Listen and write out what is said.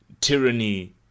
tyranny